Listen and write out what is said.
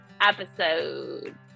episode